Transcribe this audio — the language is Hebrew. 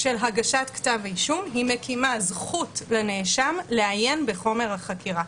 של הגשת כתב האישום מקימה זכות לנאשם לעיין בחומר החקירה.